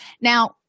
Now